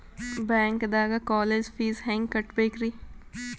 ಬ್ಯಾಂಕ್ದಾಗ college fees ಹೆಂಗ್ ಕಟ್ಟ್ಬೇಕ್ರಿ?